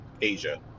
Asia